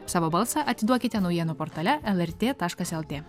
savo balsą atiduokite naujienų portale lrt taškas lt